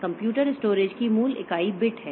computer storage की मूल इकाई बिट है